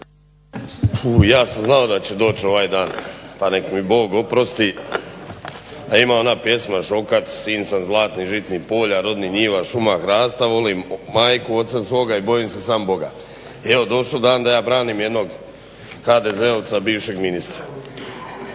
Ja sam znao da će doći ovaj dan pa neka mi Bog oprosti. Ima ona pjesma Šokac "Sin sam zlatnih, žitnih polja, rodih njiva, šuma hrasta. Volim majku, oca svoga i bojim se samo Boga". Evo došao dan da ja branim jednog HDZ-ovca bivšeg ministra.